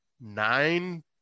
nine